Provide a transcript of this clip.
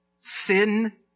sin